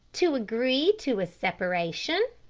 to agree to a separation,